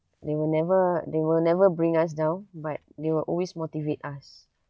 they will never they will never bring us down but they will always motivate us